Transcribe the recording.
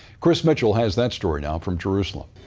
chris mitchell has that story now from jerusalem.